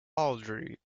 and